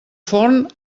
forn